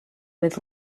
with